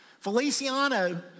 Feliciano